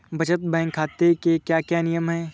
बचत बैंक खाते के क्या क्या नियम हैं?